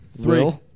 Three